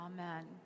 amen